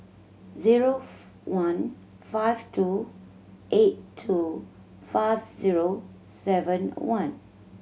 zero one five two eight two five zero seven one